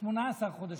18 חודשים.